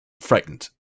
frightened